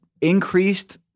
increased